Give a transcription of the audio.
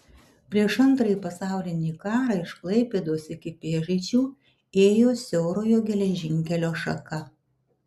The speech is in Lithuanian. prieš antrąjį pasaulinį karą iš klaipėdos iki pėžaičių ėjo siaurojo geležinkelio šaka